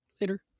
Later